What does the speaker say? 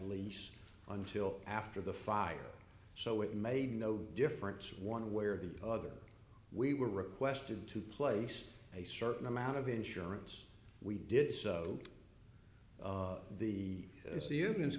lease until after the fire so it made no difference one way or the other we were requested to place a certain amount of insurance we did so the